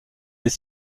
des